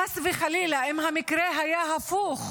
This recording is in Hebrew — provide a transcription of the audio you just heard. חס וחלילה, אם המקרה היה הפוך,